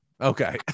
Okay